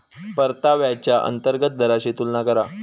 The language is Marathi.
परताव्याच्या अंतर्गत दराशी तुलना करा